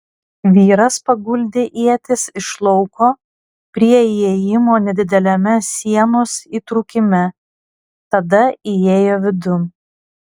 vyras paguldė ietis iš lauko prie įėjimo nedideliame sienos įtrūkime tada įėjo vidun